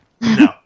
No